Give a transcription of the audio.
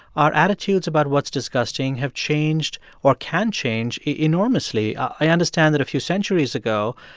our attitudes about what's disgusting have changed or can change enormously. i understand that a few centuries ago,